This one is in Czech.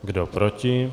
Kdo proti?